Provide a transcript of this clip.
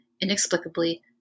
inexplicably